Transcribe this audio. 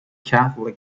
catholic